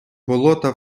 болота